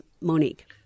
Monique